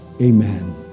Amen